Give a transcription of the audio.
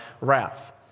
wrath